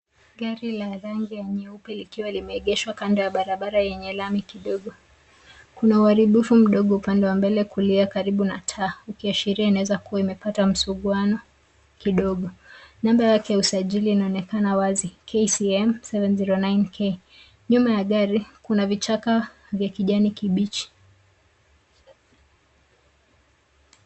Gari la rangi ya nyeupe likiwa limeegeshwa kando ya barabara yenye lami kidogo. Kuna uhariifu kidogo upande wa mbele kulia karibu na taa ukiashiria inaweza kuwa imepata msuguano kidogo. Namba yake ya usajili inaonekana wazi KCM 709K.Nyuma ya gair kuna vichaka vya kijani kibichi.